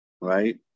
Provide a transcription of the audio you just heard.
right